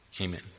Amen